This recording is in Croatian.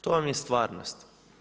To vam je stvarnost.